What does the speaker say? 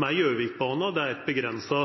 med Gjøvikbanen. Det er ei avgrensa